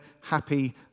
happy